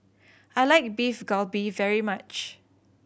I like Beef Galbi very much